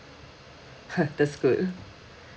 that's good